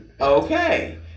Okay